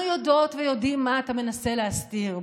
אנחנו יודעות ויודעים מה אתה מנסה להסתיר,